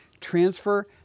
transfer